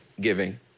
giving